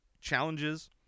challenges